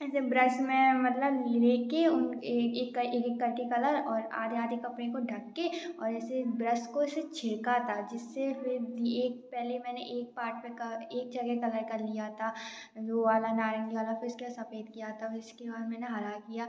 ऐसे ब्रश में मतलब लेकर उन एक एक करके कलर और आधे आधे कपड़े को ढक के और ऐसे ब्रश को ऐसे छिड़का था जिससे एक पहले मैंने एक पार्ट का एक जगह कलर कर लिया था ब्लू वाला नारंगी वाला फिर उसके बाद सफेद किया था उसके बाद मैंने हरा किया